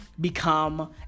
become